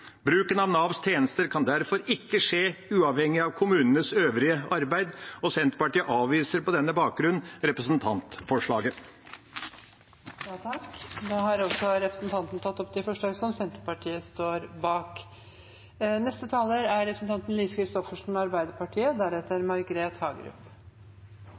Bruken av Navs tjenester kan derfor ikke skje uavhengig av kommunenes øvrige arbeid, og Senterpartiet avviser på denne bakgrunn representantforslaget. Representanten Per Olaf Lundteigen har tatt opp